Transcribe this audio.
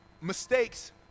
mistakes